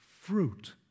fruit